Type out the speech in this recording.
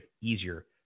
easier